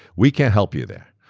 we can't help you there.